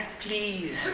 please